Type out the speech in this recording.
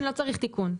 כן, לא צריך תיקון.